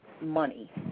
money